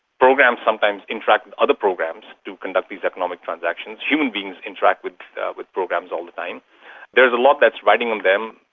programs sometimes interact with other programs to conduct these economic transactions, human beings interact with with programs all the time, there is a lot that's riding on them.